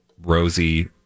Rosie